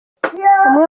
umwe